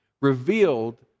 revealed